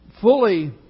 fully